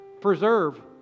preserve